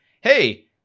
hey